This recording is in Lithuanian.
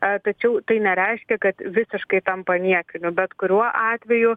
a tačiau tai nereiškia kad visiškai tampa niekiniu bet kuriuo atveju